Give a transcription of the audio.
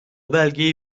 belgeyi